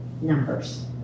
numbers